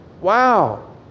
Wow